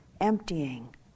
emptying